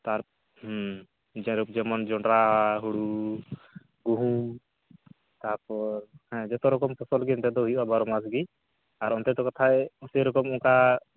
ᱛᱟᱨ ᱡᱮᱢᱚᱱ ᱡᱚᱱᱰᱨᱟ ᱦᱩᱲᱩ ᱜᱩᱦᱩᱢ ᱛᱟᱯᱚᱨ ᱦᱮᱸ ᱡᱚᱛᱚ ᱨᱚᱠᱚᱢ ᱯᱷᱚᱥᱚᱞ ᱜᱮ ᱱᱮᱛᱟᱨ ᱫᱚ ᱦᱩᱭᱩᱜᱼᱟ ᱵᱟᱨᱚ ᱢᱟᱥ ᱜᱮ ᱟᱨ ᱚᱱᱛᱮ ᱫᱚ ᱠᱟᱛᱷᱟᱡ ᱥᱮᱨᱚᱠᱚᱢ ᱚᱱᱠᱟ